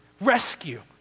rescue